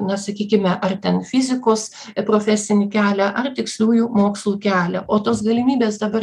na sakykime ar ten fizikos profesinį kelią ar tiksliųjų mokslų kelią o tos galimybės dabar